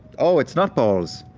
oh, it's not balls.